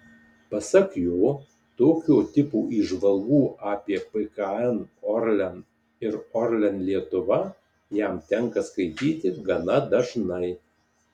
pasak jo tokio tipo įžvalgų apie pkn orlen ir orlen lietuva jam tenka skaityti gana dažnai